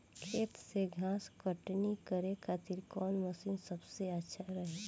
खेत से घास कटनी करे खातिर कौन मशीन सबसे अच्छा रही?